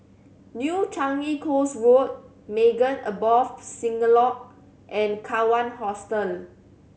New Changi Coast Road Maghain Aboth Synagogue and Kawan Hostel